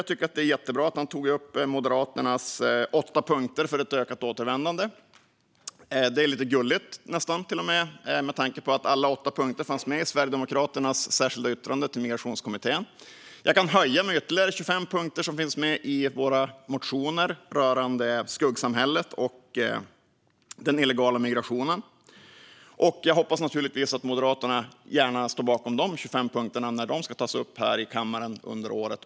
Jag tycker att det är jättebra att han tog upp Moderaternas åtta punkter för ett ökat återvändande. Det är nästan till och med lite gulligt, med tanke på att alla åtta punkter fanns med i Sverigedemokraternas särskilda yttrande till Migrationskommittén. Jag kan höja med ytterligare 25 punkter som finns med i våra motioner rörande skuggsamhället och den illegala migrationen. Jag hoppas naturligtvis att Moderaterna gärna står bakom de 25 punkterna när de ska tas upp här i kammaren under året.